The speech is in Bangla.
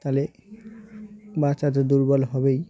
তাহলে বাচ্চা তো দুর্বল হবেই